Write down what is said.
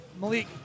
Malik